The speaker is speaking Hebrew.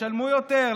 תשלמו יותר.